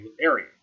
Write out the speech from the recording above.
area